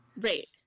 Right